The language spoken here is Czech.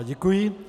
Děkuji.